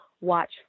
watch